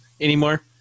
anymore